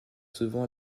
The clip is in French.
souvent